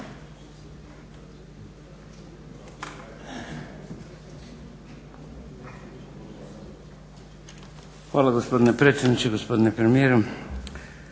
Hvala gospodine predsjedniče, gospodine premijere,